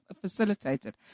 facilitated